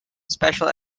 special